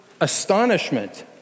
astonishment